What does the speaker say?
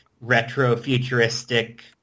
retro-futuristic